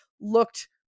looked